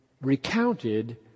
recounted